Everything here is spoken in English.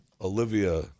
olivia